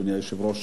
אדוני היושב-ראש,